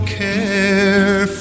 care